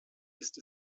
ist